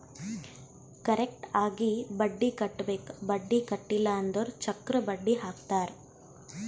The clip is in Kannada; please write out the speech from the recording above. ಕರೆಕ್ಟ್ ಆಗಿ ಬಡ್ಡಿ ಕಟ್ಟಬೇಕ್ ಬಡ್ಡಿ ಕಟ್ಟಿಲ್ಲ ಅಂದುರ್ ಚಕ್ರ ಬಡ್ಡಿ ಹಾಕ್ತಾರ್